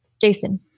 Jason